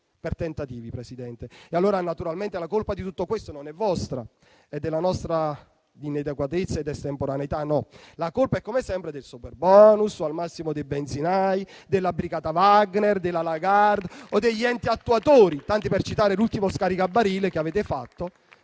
per tentativi, Presidente. Naturalmente la colpa di tutto questo non è vostra, o della nostra inadeguatezza ed estemporaneità. No, la colpa è come sempre del superbonus o al massimo dei benzinai, della brigata Wagner, della Lagarde o degli enti attuatori, tanto per citare l'ultimo scaricabarile che avete fatto